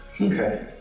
Okay